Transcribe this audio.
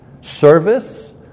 Service